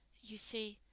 you see,